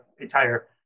entire